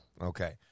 Okay